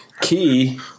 Key